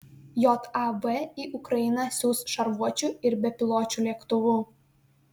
jav į ukrainą siųs šarvuočių ir bepiločių lėktuvų